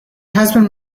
husband